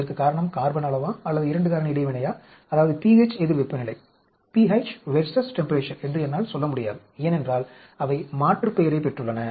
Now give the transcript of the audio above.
இதற்கு காரணம் கார்பன் அளவா அல்லது 2 காரணி இடைவினையா அதாவது pH எதிர் வெப்பநிலை என்று என்னால் சொல்ல முடியாது ஏனென்றால் அவை மாற்றுப்பெயரைப் பெற்றுள்ளன